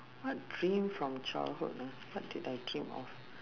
what dream from childhood eh what did I dream of